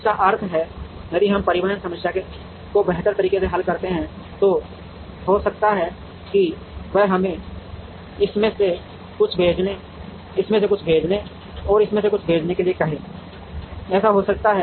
जिसका अर्थ है यदि हम परिवहन समस्या को बेहतर तरीके से हल करते हैं तो हो सकता है कि वह हमें इसमें से कुछ भेजने इस से कुछ भेजने और इस से कुछ भेजने के लिए कहे ऐसा हो सकता है